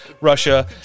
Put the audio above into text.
Russia